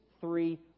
three